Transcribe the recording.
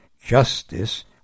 Justice